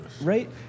Right